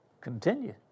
continue